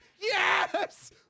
Yes